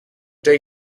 day